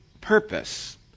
purpose